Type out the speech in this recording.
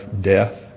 death